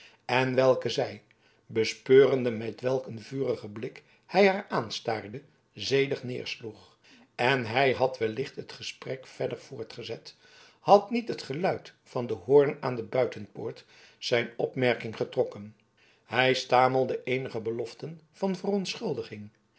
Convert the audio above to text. en welke zij bespeurende met welk een vurigen blik hij naar aanstaarde zedig neersloeg en hij had wellicht het gesprek verder voortgezet had niet het geluid van den hoorn aan de buitenpoort zijn opmerking getrokken hij stamelde eenige beloften van verontschuldiging